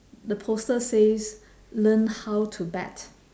the poster says learn how to bet